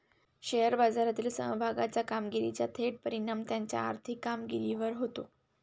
share बाजारातील समभागाच्या कामगिरीचा थेट परिणाम त्याच्या आर्थिक कामगिरीवर होतो